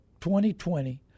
2020